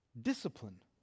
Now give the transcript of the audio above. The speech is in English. discipline